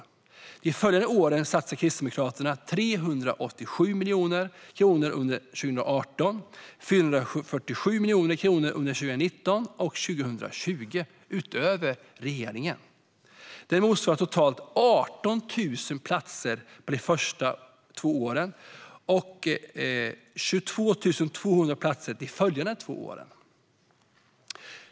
Under de följande åren satsar Kristdemokraterna 387 miljoner kronor under 2018, 447 miljoner kronor under 2019 och 2020 utöver regeringen. Det motsvarar totalt 18 000 platser under de två första åren och 22 200 platser under de följande två åren.